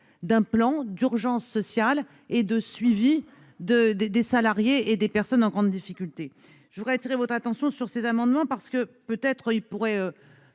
d'un plan d'urgence sociale et de suivi des salariés et des personnes en grande difficulté. Je veux donc appeler votre attention sur ces amendements, parce que ceux-ci vous parleront